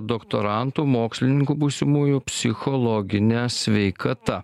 doktorantų mokslininkų būsimųjų psichologine sveikata